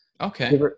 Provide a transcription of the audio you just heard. Okay